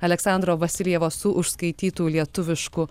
aleksandro vasiljevo su užskaitytu lietuvišku